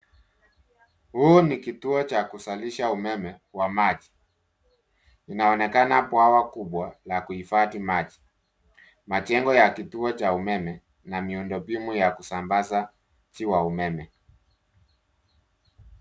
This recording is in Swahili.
Huu ni kituo cha kuzalisha umeme wa maji inaonekana bwawa kubwa la kuhifadhi maji. Majengo ya kituo cha umeme na miundo mbinu ya kusambazaji wa umeme.